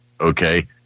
Okay